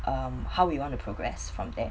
um how we want to progress from there